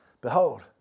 behold